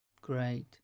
great